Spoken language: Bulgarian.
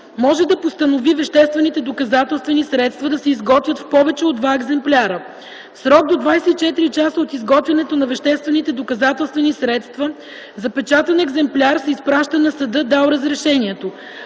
може да постанови веществените доказателствени средства да се изготвят в повече от два екземпляра. В срок до 24 часа от изготвянето на веществените доказателствени средства запечатан екземпляр се изпраща на съда, дал разрешението,